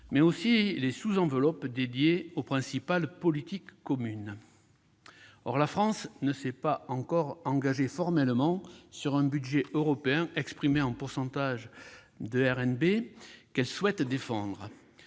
global ou des sous-enveloppes dédiées aux principales politiques communes. Or la France ne s'est pas encore engagée formellement sur le budget européen exprimé en pourcentage du RNB qu'elle souhaite défendre.